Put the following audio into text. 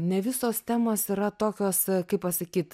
ne visos temos yra tokios kaip pasakyt